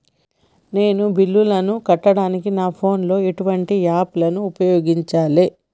నేను బిల్లులను కట్టడానికి నా ఫోన్ లో ఎటువంటి యాప్ లను ఉపయోగించాలే?